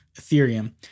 Ethereum